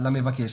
למבקש.